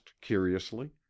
curiously